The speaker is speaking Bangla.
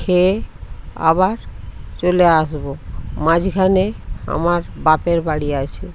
খেয়ে আবার চলে আসব মাঝঘানে আমার বাপের বাড়ি আছে